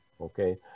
okay